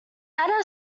ada